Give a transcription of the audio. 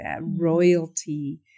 royalty